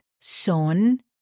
son